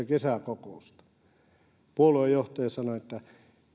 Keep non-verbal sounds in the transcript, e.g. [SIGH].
[UNINTELLIGIBLE] kesäkokousta kaksituhattaseitsemäntoista puolueen johtaja sanoi että